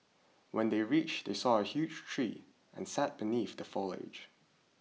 when they reached they saw a huge tree and sat beneath the foliage